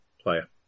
player